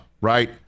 Right